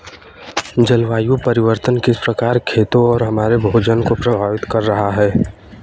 जलवायु परिवर्तन किस प्रकार खेतों और हमारे भोजन को प्रभावित कर रहा है?